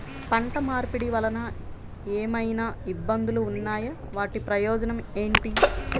పంట మార్పిడి వలన ఏమయినా ఇబ్బందులు ఉన్నాయా వాటి ప్రయోజనం ఏంటి?